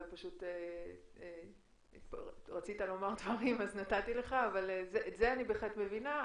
את זה אני בהחלט מבינה,